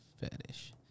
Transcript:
fetish